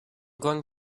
going